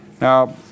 Now